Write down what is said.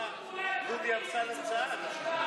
אמר: למה דודי אמסלם צעק?